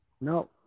no